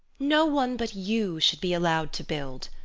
no one but you should be allowed to build.